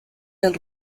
del